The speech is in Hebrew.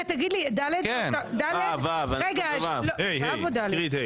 זה לא חוץ וביטחון?